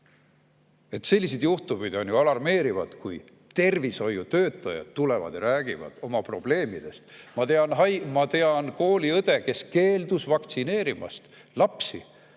Sellised juhtumid on ju alarmeerivad, kui tervishoiutöötajad tulevad ja räägivad oma probleemidest. Ma tean kooliõde, kes keeldus vaktsineerimast lapsi,